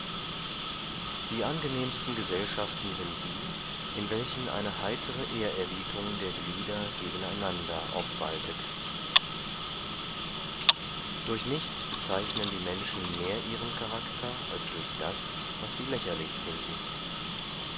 die angenehmsten gesellschaften sind die in welchen eine heitere ehrerbietung der glieder gegeneinander obwaltet durch nichts bezeichnen die menschen mehr ihren charakter als durch das was sie lächerlich finden